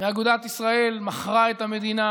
ואגודת ישראל מכרה את המדינה